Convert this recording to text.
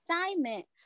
assignment